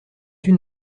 une